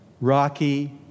rocky